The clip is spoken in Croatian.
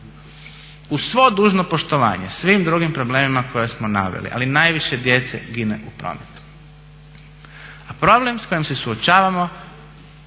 Uz svo dužno poštovanje svim drugim problemima koje smo naveli, ali najviše djece gine u prometu. A problem s kojim se suočavamo